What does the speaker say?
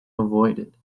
avoided